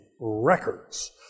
records